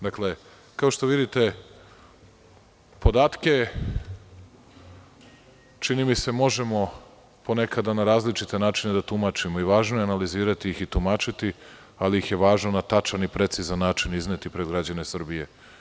Dakle, kao što vidite, podatke, čini mi se, možemo ponekada na različite načine da tumačimo i važno je analizirati ih i tumačiti, ali ih je važno na tačan i precizan način izneti pred građane Srbije.